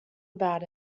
about